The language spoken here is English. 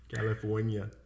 California